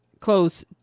Close